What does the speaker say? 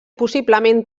possiblement